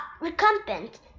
recumbent